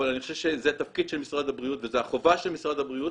אבל אני חושב שזה התפקיד של משרד הבריאות וזו החובה של משרד הבריאות